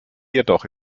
jedoch